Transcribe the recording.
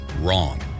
Wrong